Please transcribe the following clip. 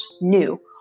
new